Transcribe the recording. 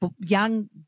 Young